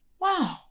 Wow